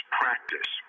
practice